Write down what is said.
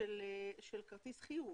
של כרטיס חיוב.